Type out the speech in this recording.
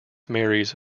marys